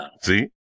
see